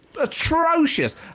atrocious